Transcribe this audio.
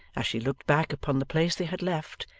as she looked back upon the place they had left,